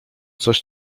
coś